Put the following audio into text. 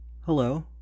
Hello